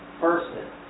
person